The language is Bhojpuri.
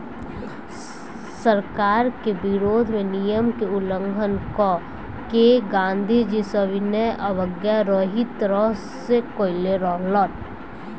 सरकार के विरोध में नियम के उल्लंघन क के गांधीजी सविनय अवज्ञा एही तरह से कईले रहलन